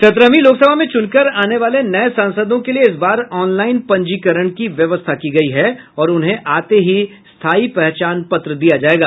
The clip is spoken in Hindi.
सत्रहवीं लोकसभा में चूनकर आने वाले नये सांसदों के लिए इस बार ऑनलाइन पंजीकरण की व्यवस्था की गयी है और उन्हें आते ही स्थायी पहचान पत्र दिया जायेगा